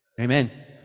Amen